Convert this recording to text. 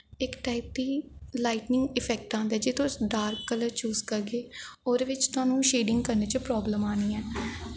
इक टाईप दी lightning effect आंदा जे तुस डार्क कल्लर चूस करगे ओह्दे च तोआनूं शेड़िंग करने च प्राब्लम आनी ऐ